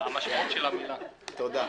תודה.